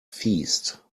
feast